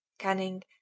cunning